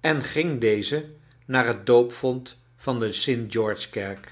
en ging deze naar het doopvont van de